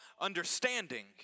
understanding